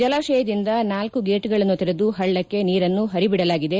ಜಲಾಶಯದಿಂದ ನಾಲ್ಕು ಗೇಟುಗಳನ್ನು ತೆರೆದು ಹಳ್ಳಕ್ಕೆ ನೀರನ್ನು ಹರಿ ಬಿಡಲಾಗಿದೆ